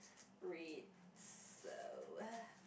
red so uh